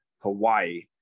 hawaii